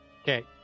Okay